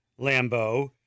lambo